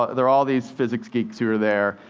ah there are all these physics geeks who are there,